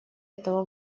этого